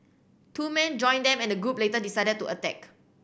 two men joined them and the group later decided to attack